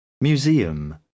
Museum